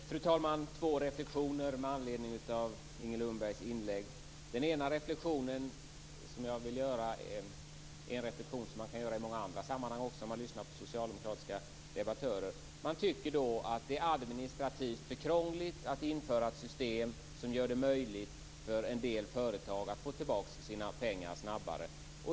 Fru talman! Jag vill göra några reflexioner med anledning av Inger Lundbergs inlägg. Den ena är en reflexion som man också kan göra i många andra sammanhang om man lyssnar på socialdemokratiska debattörer. Socialdemokraterna tycker att det administrativt är för krångligt att införa ett system som gör det möjligt för en del företag att få tillbaka sina pengar snabbare.